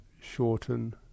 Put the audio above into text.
shorten